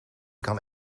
kan